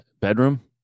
bedroom